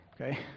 okay